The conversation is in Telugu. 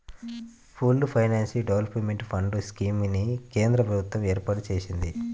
pooled finance development fund scheme ని కేంద్ర ప్రభుత్వం ఏర్పాటు చేసింది